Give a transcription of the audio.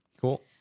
Cool